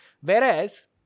Whereas